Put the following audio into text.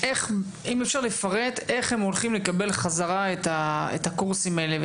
אם אפשר לפרט איך הם הולכים לקבל חזרה את הקורסים האלה,